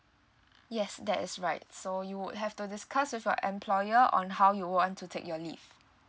yes that's right so you would have to discuss with your employer on how you want to take your leave